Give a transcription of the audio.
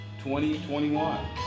2021